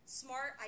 smart